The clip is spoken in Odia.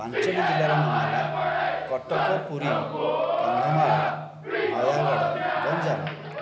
ପାଞ୍ଚଟି ଜିଲ୍ଲାର ନାମ ହେଲା କଟକ ପୁରୀ କନ୍ଧମାଳ ନୟାଗଡ଼ ଗଞ୍ଜାମ